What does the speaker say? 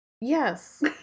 yes